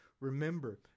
Remember